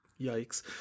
yikes